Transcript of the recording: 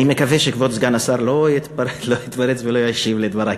ואני מקווה שכבוד סגן השר לא יתפרץ ולא ישיב על דברי,